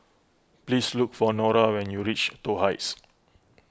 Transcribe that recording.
please look for Nora when you reach Toh Heights